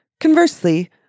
Conversely